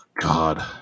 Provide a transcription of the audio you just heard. God